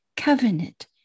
covenant